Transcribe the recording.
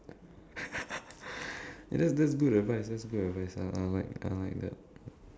eh that that's good advice that's good advice I I like I like that